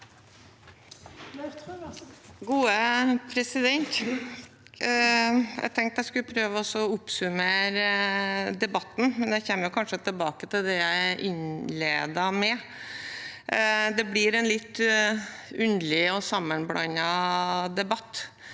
(A) Jeg tenkte jeg skulle prøve å oppsummere debatten, men jeg kommer kanskje tilbake til det jeg innledet med. Det blir en litt underlig og sammenblandet debatt.